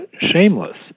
shameless